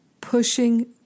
pushing